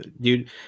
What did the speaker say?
dude